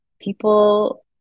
people